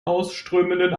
ausströmenden